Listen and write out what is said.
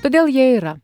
todėl jie yra